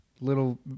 little